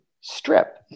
strip